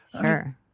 Sure